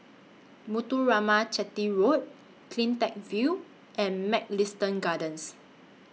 Muthuraman Chetty Road CleanTech View and Mugliston Gardens